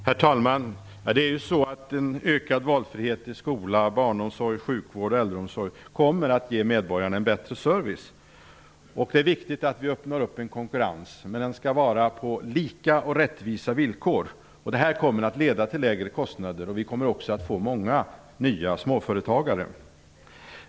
Herr talman! En ökad valfrihet i skola, barnomsorg, sjukvård och äldreomsorg kommer att ge medborgarna en bättre service. Det är viktigt att vi uppnår konkurrens. Men den skall vara på lika och rättvisa villkor. Det kommer att leda till lägre kostnader. Vi kommer också att få många nya småföretagare.